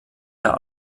der